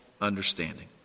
understanding